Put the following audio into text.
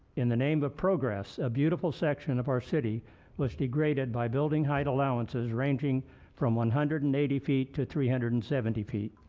in the name of progress, a beautiful section of our city was degraded by building height allow banses ranging from one hundred and eighty feet to three hundred and seventy feet.